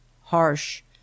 harsh